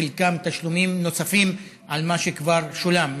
חלקם תשלומים נוספים על מה שכבר שולם,